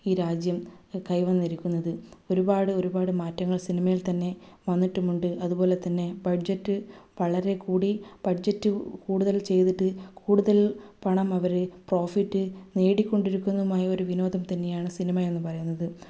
ഈ രാജ്യം കൈവന്നിരിക്കുന്നത് ഒരുപാട് ഒരുപാട് മാറ്റങ്ങൾ സിനിമയിൽ തന്നെ വന്നിട്ടുമുണ്ട് അതുപോലെതന്നെ ബഡ്ജറ്റ് വളരെ കൂടി ബഡ്ജെറ്റ് കൂടുതൽ ചെയ്തിട്ട് കൂടുതൽ പണം അവർ പ്രോഫിറ്റ് നേടിക്കൊണ്ടിരിക്കുന്നതുമായ ഒരു വിനോദം തന്നെയാണ് സിനിമ എന്നുപറയുന്നത്